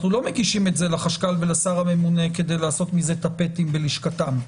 אנחנו לא מגישים את זה לחשכ"ל ולשר הממונה כדי לעשות מזה טפטים בלשכתם.